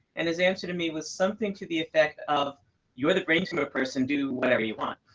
and his answer to me was something to the effect of you're the brain tumor person. do whatever you want.